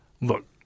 Look